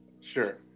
sure